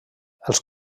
els